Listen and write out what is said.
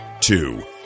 Two